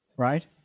right